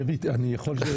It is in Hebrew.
דבי, אני יכול?